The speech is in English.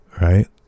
right